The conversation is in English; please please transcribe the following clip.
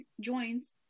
joins